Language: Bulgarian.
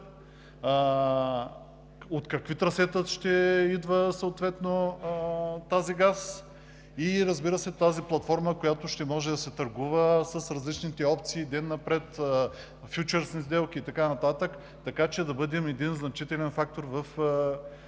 от какви трасета ще идва тази газ и, разбира се, тази платформа, която ще може да се търгува с различните опции – ден напред, фючърсни сделки и така нататък, така че да бъдем значителен фактор в